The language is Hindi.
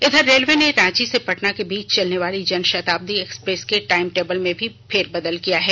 इधर रेलवे ने रांची से पटना के बीच चलने वाली जनशताब्दी एक्सप्रेस के टाइम टेबल में भी फेरबदल किया है